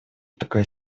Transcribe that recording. такая